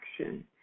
action